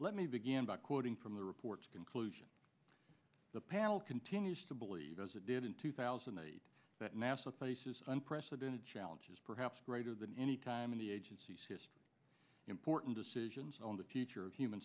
let me begin by quoting from the report's conclusions the panel continues to believe as it did in two thousand and eight that nasa places unprecedented challenges perhaps greater than any time in the agency's history important decisions on the teacher of human